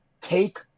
Take